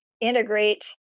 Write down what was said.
integrate